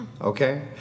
Okay